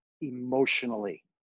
emotionally